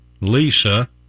Lisa